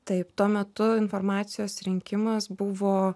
taip tuo metu informacijos rinkimas buvo